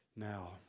Now